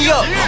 up